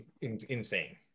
insane